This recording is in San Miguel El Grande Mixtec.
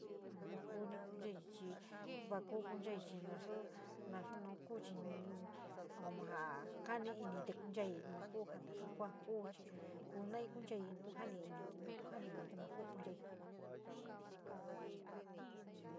Va kuuni konchai chi, va ku kunchai chi nasu nau kuu chi como jaa kami ini ii te konchai maa kou tou sa koua tou chi kou nou konchai un jani inii ni tu jani iniíi maa ku konchai.